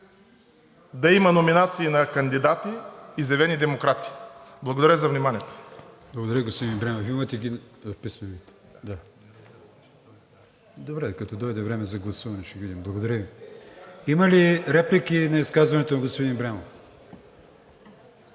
да има номинации на кандидати – изявени демократи. Благодаря за вниманието.